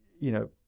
you know,